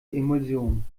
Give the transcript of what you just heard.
emulsion